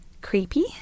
creepy